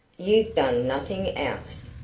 you've done nothing else!